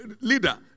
leader